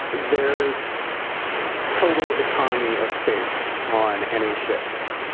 there's total economy of space on any ships.